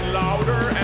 louder